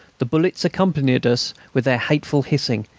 the bullets accompanied us with their hateful hissing,